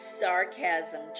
Sarcasm